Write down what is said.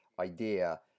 idea